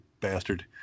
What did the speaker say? bastard